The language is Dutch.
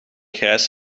grijs